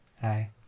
Hi